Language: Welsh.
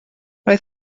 roedd